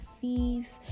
thieves